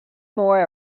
more